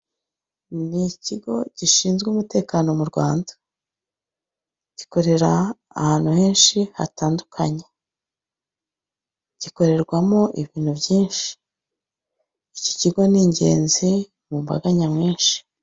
Ni ikigo gishinzwe umutekano mu Rwanda; gikorera ahantu henshi hatandukanye. Gikorerwamo ibintu byinshi, iki kigo ni ingenzi mu mbaga nyamwinshi.